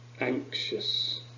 anxious